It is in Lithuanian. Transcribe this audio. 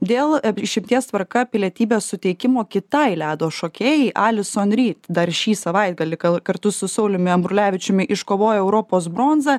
dėl išimties tvarka pilietybės suteikimo kitai ledo šokėjai ali sonrit dar šį savaitgalį gal kartu su sauliumi ambrulevičiumi iškovojo europos bronzą